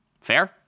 Fair